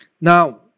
Now